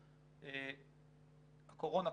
הקורונה,